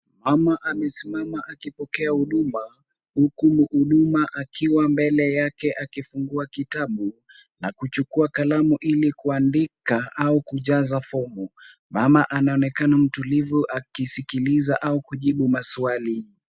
Mama amesimama akipokea huduma, huku mhuduma akiwa mbele yake akifungua kitabu na kuchukua kalamu ili kuandika au kujaza fomu. Mama anaonekana mtulivu akisikiliza au kujibu maswali.